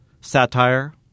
satire